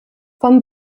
vom